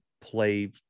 play –